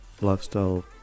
lifestyle